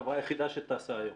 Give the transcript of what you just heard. אתם החברה היחידה שטסה היום.